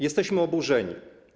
Jesteśmy oburzeni.